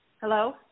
Hello